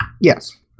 Yes